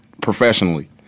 professionally